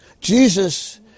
Jesus